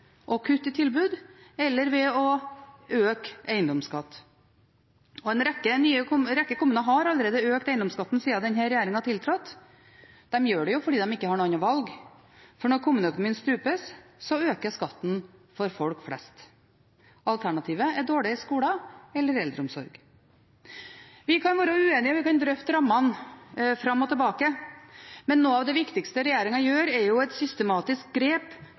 og kutte i tilbud eller ved å øke eiendomsskatten, og en rekke kommuner har allerede økt eiendomsskatten siden denne regjeringen tiltrådte. De gjør det fordi de ikke har noe annet valg, for når kommuneøkonomien strupes, øker skatten for folk flest. Alternativet er dårlige skoler eller dårlig eldreomsorg. Vi kan være uenige, og vi kan drøfte rammene fram og tilbake. Men noe av det viktigste regjeringen gjør, er et systematisk grep